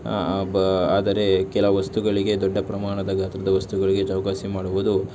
ಆದರೆ ಕೆಲ ವಸ್ತುಗಳಿಗೆ ದೊಡ್ಡ ಪ್ರಮಾಣದ ಗಾತ್ರದ ವಸ್ತುಗಳಿಗೆ ಚೌಕಾಸಿ ಮಾಡುವುದು